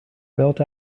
built